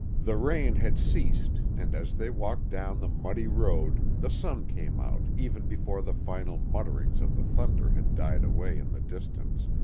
the rain had ceased, and as they walked down the muddy road the sun came out even before the final mutterings of the thunder had died away in the distance,